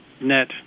net